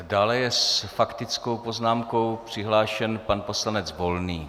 Dále je s faktickou poznámkou přihlášen pan poslanec Volný.